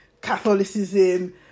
catholicism